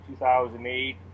2008